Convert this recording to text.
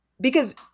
because-